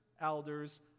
elders